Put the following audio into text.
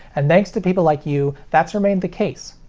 and thanks to people like you that's remained the case!